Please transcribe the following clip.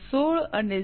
16 અને 0